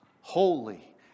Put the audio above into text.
holy